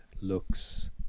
looks